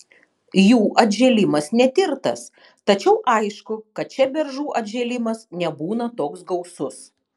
jų atžėlimas netirtas tačiau aišku kad čia beržų atžėlimas nebūna toks gausus